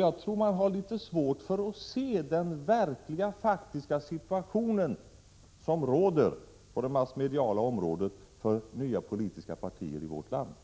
Jag tror politikerna har svårt för att se den faktiska situation som råder för de nya politiska partierna i vårt land på det massmediala området.